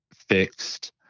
Fixed